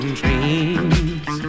dreams